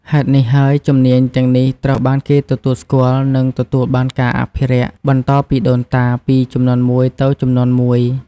ហេតុនេះហើយ ជំនាញទាំងនេះត្រូវបានគេទទួលស្គាល់ និងទទួលបានការអភិរក្សបន្តពីដូនតាពីជំនាន់មួយទៅជំនាន់មួយ។